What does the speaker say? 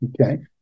Okay